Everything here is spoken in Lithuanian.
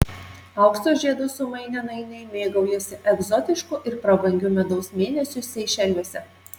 aukso žiedus sumainę nainiai mėgaujasi egzotišku ir prabangiu medaus mėnesiu seišeliuose